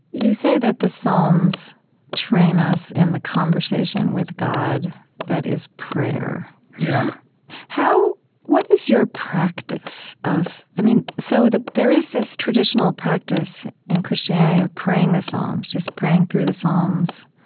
you say that the psalms train us in the conversation with god that is prayer yeah how what is your practice of, i mean, so there is this traditional practice in christianity of praying the psalms, just praying through the psalms.